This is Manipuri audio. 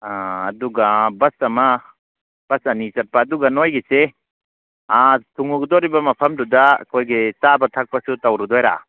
ꯑꯗꯨꯒ ꯕꯁ ꯑꯃ ꯕꯁ ꯑꯅꯤ ꯆꯠꯄ ꯑꯗꯨꯒ ꯅꯣꯏꯒꯤꯁꯦ ꯊꯨꯡꯉꯨꯒꯗꯧꯔꯤꯕ ꯃꯐꯝꯗꯨꯗ ꯑꯩꯈꯣꯏꯒꯤ ꯆꯥꯕ ꯊꯛꯄꯁꯨ ꯇꯧꯔꯨꯗꯣꯏꯔꯥ